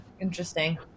Interesting